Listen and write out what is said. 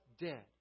dead